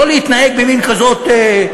לא להתנהג במין כזאת,